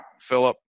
Philip